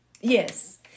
Yes